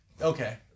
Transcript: Okay